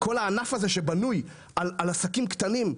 כל הענף הזה שבנוי על עסקים קטנים,